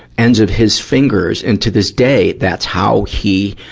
ends of his fingers. and to this day, that's how he,